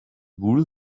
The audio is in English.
wool